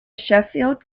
sheffield